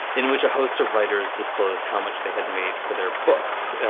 in which host of writers disclosed how much they had made for their books.